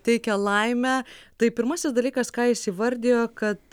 teikia laimę tai pirmasis dalykas ką jis įvardijo kad